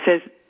says